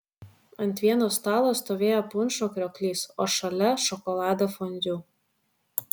ant vieno stalo stovėjo punšo krioklys o šalia šokolado fondiu